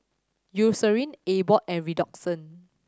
Eucerin Abbott and Redoxon